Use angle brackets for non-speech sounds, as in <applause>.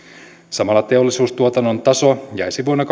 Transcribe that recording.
samalla teollisuustuotannon taso jäisi vuonna <unintelligible>